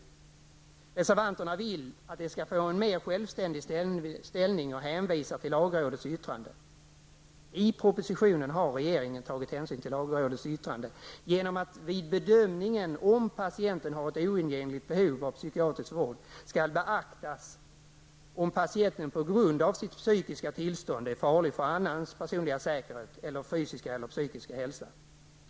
Reservanterna vill att behovet av skydd skall få en mer självständig ställning och hänvisar bl.a. till lagrådets yttrande. I propositionen har regeringen tagit hänsyn till lagrådets yttrande genom att, vid bedömningen av om patienten har ett oundgängligt behov av psykiatrisk vård, det skall beaktas om patienten på grund av psykiska tillstånd är farlig för annans personliga säkerhet eller fysiska eller psykiska hälsa.